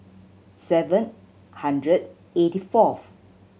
seven hundred eighty fourth